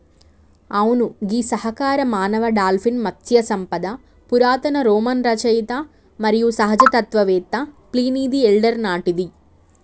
అవును గీ సహకార మానవ డాల్ఫిన్ మత్స్య సంపద పురాతన రోమన్ రచయిత మరియు సహజ తత్వవేత్త ప్లీనీది ఎల్డర్ నాటిది